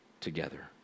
together